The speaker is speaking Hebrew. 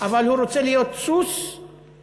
אבל הוא רוצה להיות, סוס ורוכבו.